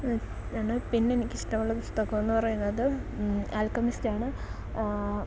അത് പിന്നെനിക്കിഷ്ടമുള്ള പുസ്തകമെന്നു പറയുന്നത് ആൽക്കെമിസ്റ്റാണ് ആ